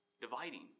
dividing